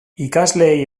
ikasleei